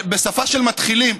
בשפה של מתחילים,